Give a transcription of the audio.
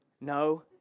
No